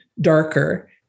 darker